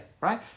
right